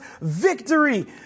victory